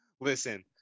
listen